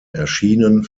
erschienen